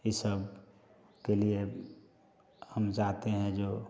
ये सब के लिए हम चाहते है जो